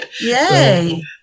Yay